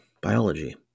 biology